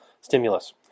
stimulus